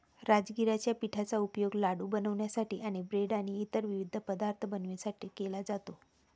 राजगिराच्या पिठाचा उपयोग लाडू बनवण्यासाठी आणि ब्रेड आणि इतर विविध पदार्थ बनवण्यासाठी केला जातो